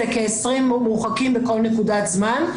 זה כ-20 מורחקים בכל נקודת זמן.